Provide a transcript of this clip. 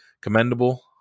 Commendable